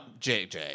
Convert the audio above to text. JJ